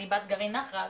אני בת גרעין נח"ל,